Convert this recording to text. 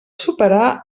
superar